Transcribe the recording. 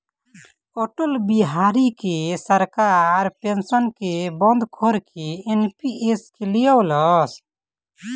अटल बिहारी के सरकार पेंशन के बंद करके एन.पी.एस के लिअवलस